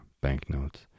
banknotes